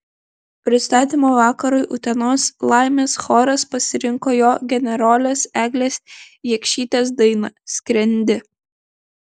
prisistatymo vakarui utenos laimės choras pasirinko jo generolės eglės jakštytės dainą skrendi